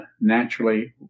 naturally